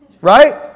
Right